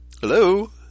Hello